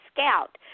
Scout